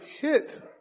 hit